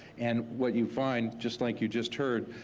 and what you find just like you just heard,